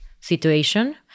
situation